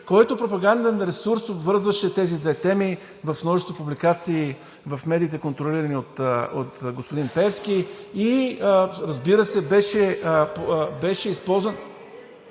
който пропаганден ресурс обвързваше тези две теми в множество публикации в медиите, контролирани от господин Пеевски, и разбира се, беше използван…